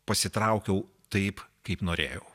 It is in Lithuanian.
pasitraukiau taip kaip norėjau